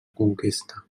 conquesta